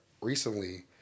recently